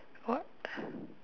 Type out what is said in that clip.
what